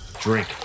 drink